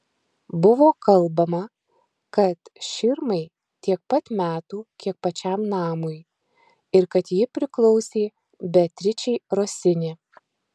buvo kalbama kad širmai tiek pat metų kiek pačiam namui ir kad ji priklausė beatričei rosini